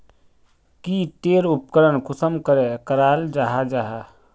की टेर उपकरण कुंसम करे कराल जाहा जाहा?